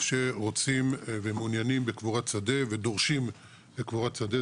שרוצים ומעוניינים בקבורת שדה ודורשים קבורת שדה,